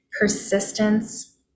persistence